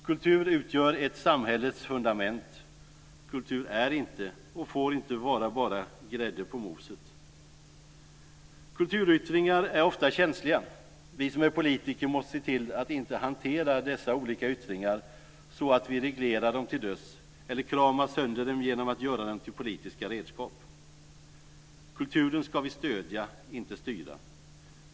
Kultur utgör ett samhälles fundament. Kultur är inte och får inte vara bara grädde på moset. Kulturyttringar är ofta känsliga. Vi som är politiker måste se till att inte hantera dessa olika yttringar så att vi reglerar dem till döds eller kramar sönder dem genom att göra dem till politiska redskap. Kulturen ska vi stödja, inte styra.